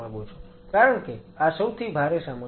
કારણ કે આ સૌથી ભારે સામગ્રી છે